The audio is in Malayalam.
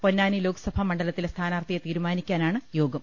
പൊന്നാനി ലോക്സഭ മണ്ഡലത്തിലെ സ്ഥാനാർഥിയെ തീരുമാനിക്കാനാണ് യോഗം